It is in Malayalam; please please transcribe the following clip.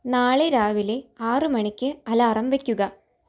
നാളെ രാവിലെ ആറ് മണിക്ക് അലാറം വയ്ക്കുക